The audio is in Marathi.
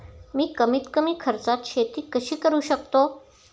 मी कमीत कमी खर्चात शेती कशी करू शकतो?